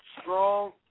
strong